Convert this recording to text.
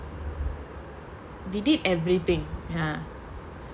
we did everything ya